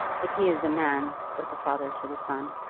but he is a man, said the father to the son,